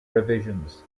revisions